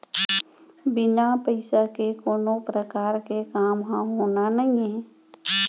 बिन पइसा के कोनो परकार के काम होना नइये